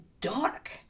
dark